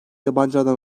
yabancılardan